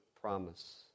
promise